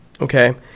Okay